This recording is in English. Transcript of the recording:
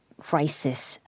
crisis